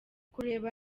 kureba